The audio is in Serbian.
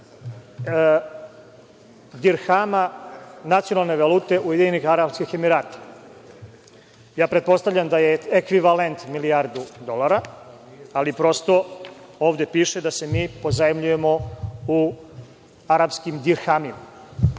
dirhama, nacionalne valute Ujedinjenih Arapskih Emirata. Pretpostavljam da je ekvivalent, milijardu dolara, ali prosto, ovde piše da se mi pozajmljujemo u arapskim dirhamima. To